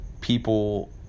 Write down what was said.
people